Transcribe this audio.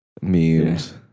memes